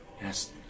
Yes